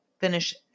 finish